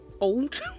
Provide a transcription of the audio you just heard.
old